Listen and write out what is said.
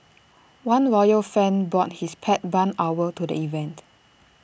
one royal fan brought his pet barn owl to the event